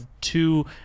two